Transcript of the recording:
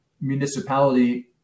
municipality